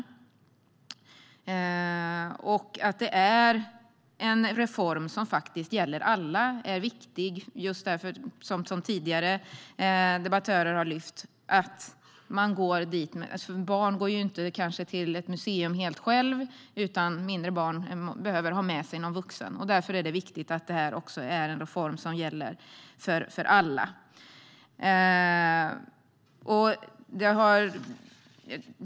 Det är viktigt att det är en reform som gäller för alla. Som tidigare debattörer har lyft fram går barn inte till ett museum helt ensamma. Mindre barn behöver ha någon vuxen med sig. Det är därför viktigt att det är en reform som gäller för alla.